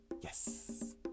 Yes